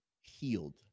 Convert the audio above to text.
healed